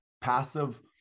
passive